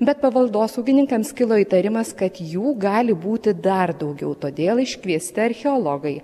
bet paveldosaugininkams kilo įtarimas kad jų gali būti dar daugiau todėl iškviesti archeologai